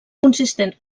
consistent